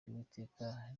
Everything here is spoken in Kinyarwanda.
ry’uwiteka